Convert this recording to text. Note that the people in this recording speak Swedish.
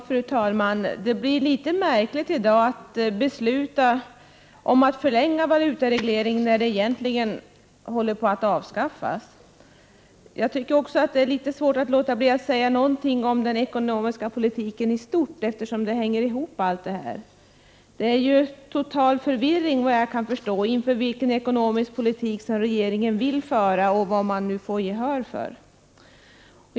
Fru talman! Det blir en märklig debatt här i kammaren i dag då riksdagen skall besluta om att förlänga valutaregleringen som egentligen håller på av avskaffas. Det är också litet svårt att låta bli att säga något om den ekonomiska politiken i stort, eftersom allt detta hänger ihop. Såvitt jag förstår råder det total förvirring inför vilken ekonomisk politik som regeringen vill föra och vilken den får gehör för.